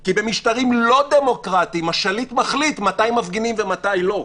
כי במשטרים לא דמוקרטיים השליט מחליט מתי מפגינים ומתי לא.